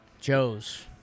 Joe's